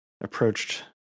approached